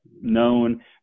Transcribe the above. known